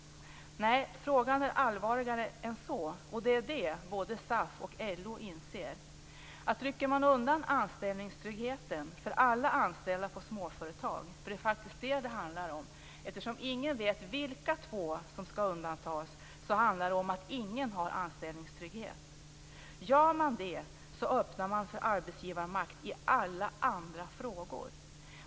Nej, frågan är allvarligare än så. Det är det som både SAF och LO inser. Rycker man undan anställningstryggheten för alla anställda på småföretag - det är faktiskt det som det handlar om; ingen vet ju vilka två som skall undantas - handlar det om att ingen har anställningstrygghet. Gör man det då öppnar man för arbetsgivarmakt i alla andra frågor.